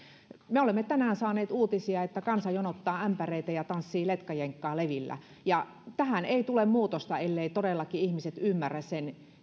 me olemme tänään saaneet uutisia että kansa jonottaa ämpäreitä ja tanssii letkajenkkaa levillä ja tähän ei tule muutosta elleivät ihmiset todella ymmärrä